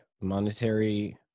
monetary